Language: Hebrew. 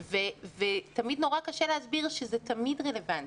תמיד קשה להסביר שזה תמיד רלוונטי.